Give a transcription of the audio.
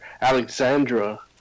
Alexandra